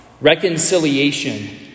reconciliation